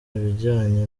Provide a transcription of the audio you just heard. ibijyanye